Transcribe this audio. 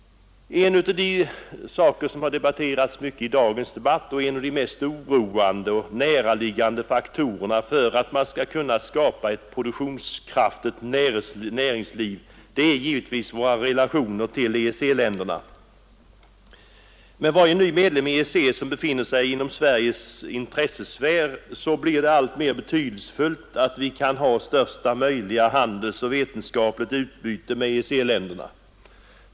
En av de saker som debatterats i dag och en av de mest oroande och näraliggande faktorerna för att man skall kunna skapa ett produktionskraftigt näringsliv är givetvis våra relationer till EEC-länderna. Med varje ny medlem i EEC som befinner sig inom Sveriges intressesfär blir det alltmer betydelsefullt att vi kan ha största möjliga handelsutbyte och vetenskapliga utbyte med EEC-länderna.